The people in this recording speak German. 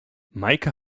meike